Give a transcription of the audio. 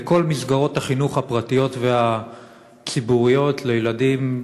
לכל מסגרות החינוך הפרטיות והציבוריות לילדים,